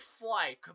fly